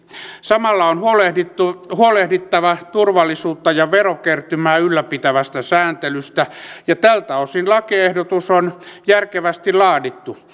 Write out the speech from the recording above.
samalla on huolehdittava turvallisuutta ja verokertymää ylläpitävästä sääntelystä ja tältä osin lakiehdotus on järkevästi laadittu